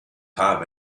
have